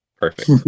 perfect